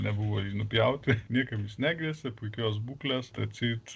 nebuvo jį nupjauti niekam negresia puikios būklės atseit